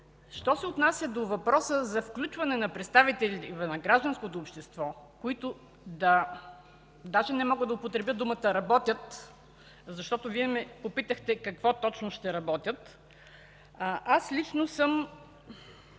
Що се отнася до въпроса за включване на представители на гражданското общество, които да – дори не мога да употребя думата работят, защото Вие ме попитахте какво точно ще работят, аз лично съм